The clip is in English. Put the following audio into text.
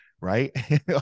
right